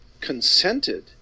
consented